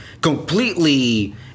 completely